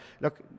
look